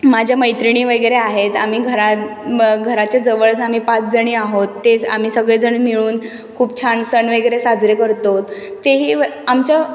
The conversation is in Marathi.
माझ्या मैत्रिणी वगैरे आहेत आम्ही घरात घराच्या जवळच आम्ही पाचजणी आहोत तेच आम्ही सगळेजण मिळून खूप छान सण वगैरे साजरे करतो तेही आमच्या